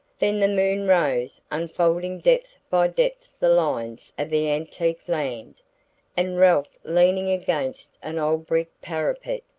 then the moon rose, unfolding depth by depth the lines of the antique land and ralph, leaning against an old brick parapet,